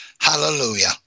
Hallelujah